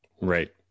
Right